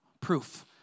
proof